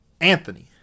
anthony